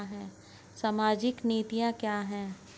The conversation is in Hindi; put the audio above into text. सामाजिक नीतियाँ क्या हैं?